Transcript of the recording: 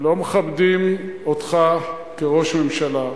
לא מכבדים אותך כראש ממשלה,